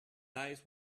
eyes